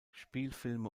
spielfilme